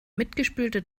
mitgespülte